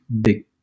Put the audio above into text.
big